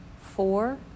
four